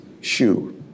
shoe